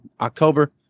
October